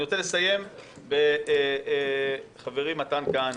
אני רוצה לסיים בחברי מתן כהנא.